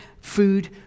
food